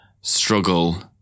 struggle